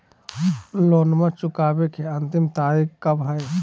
लोनमा चुकबे के अंतिम तारीख कब हय?